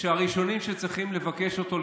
שהראשונים שצריכים לבקש אותו,